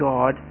God